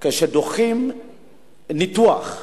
שכשדוחים ניתוח שנקבע,